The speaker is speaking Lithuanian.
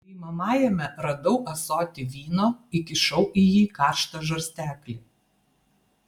priimamajame radau ąsotį vyno įkišau į jį karštą žarsteklį